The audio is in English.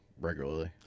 regularly